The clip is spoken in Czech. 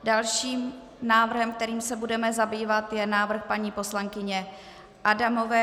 Dalším návrhem, kterým se budeme zabývat, je návrh paní poslankyně Adamové.